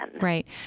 Right